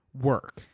work